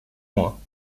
moins